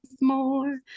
more